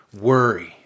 worry